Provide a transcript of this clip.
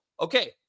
Okay